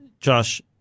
Josh